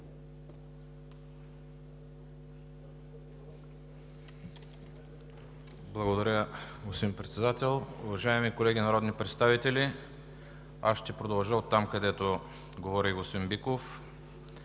Благодаря Ви, господин Председател. Уважаеми колеги народни представители! Аз ще продължа оттам, където говори господин Биков.